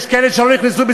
יש כאלה שלא נכנסו,